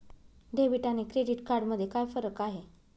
Debit आणि credit card मध्ये काय फरक आहे?